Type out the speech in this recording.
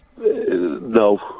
No